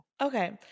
Okay